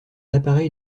appareil